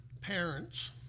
parents